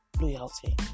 Loyalty